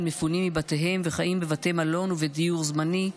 מפונים מבתיהם וחיים בבתי מלון ודיור זמני.